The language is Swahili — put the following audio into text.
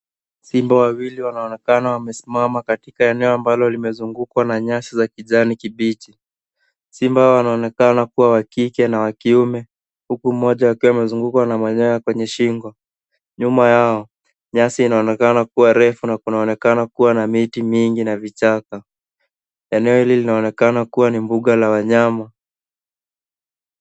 Simba wawili wanaonekana wamesimama katika eneo ambalo limezungukwa na nyasi za kijani kibichi. Simba wanaonekana kuwa wa kike na wa kiume, huku mmoja akiwa amezungukwa na manyoya kwenye shingo. Nyuma yao, nyasi inaonekana kuwa refu na kunaonekana kuwa na miti mingi na vichaka. Eneo hili linaonekana kuwa ni mbuga la wanyama.